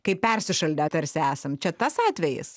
kai persišaldę tarsi esam čia tas atvejis